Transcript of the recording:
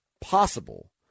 possible